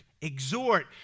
exhort